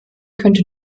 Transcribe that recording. könnte